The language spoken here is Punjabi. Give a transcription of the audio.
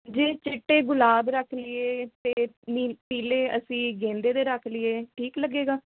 ਜੀ ਚਿੱਟੇ ਗੁਲਾਬ ਰੱਖ ਲਈਏ ਅਤੇ ਪੀਲੇ ਅਸੀਂ ਗੇਂਦੇ ਵੀ ਦੇ ਰੱਖ ਲਈਏ ਠੀਕ ਲੱਗੇਗਾ